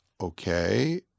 okay